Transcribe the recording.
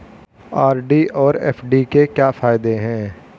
RD और FD के क्या फायदे हैं?